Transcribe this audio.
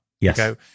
Yes